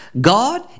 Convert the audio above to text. God